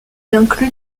inclut